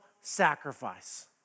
sacrifice